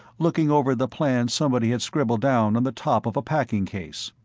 looking over the plan somebody had scribbled down on the top of a packing case.